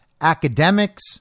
academics